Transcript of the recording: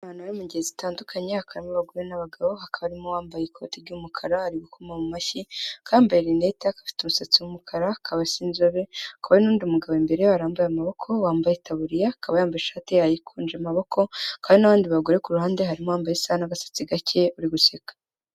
Abantu bari mu ngeri zitandukanye haka abagore n'abagabo hakaba harimo uwambaye ikoti ry'umukara ari gukoma mu mashyi, akaba yambaye rinete akaba afite umusatsi w'umukara akaba asa inzobe, hakaba n'undi mugabo imbere yabo warambuye amaboko wambaye; itaburiya akaba yambaye ishati yayikunje amaboko kandi n'abandi bagore kuruhande harimo uwambaye isaha n'agasatsi gake uri guseka.